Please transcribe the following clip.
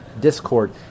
Discord